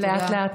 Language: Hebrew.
לאט-לאט,